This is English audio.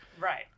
Right